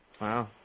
Wow